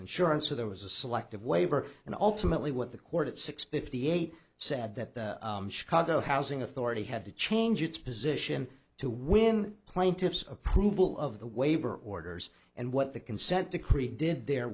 insurance or there was a selective waiver and ultimately what the court at six fifty eight said that the chicago housing authority had to change its position to win plaintiffs approval of the waiver orders and what the consent decree did there